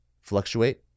fluctuate